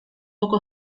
poco